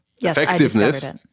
effectiveness